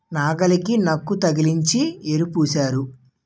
నాగలికి నక్కు తగిలించి యేరు పూశారు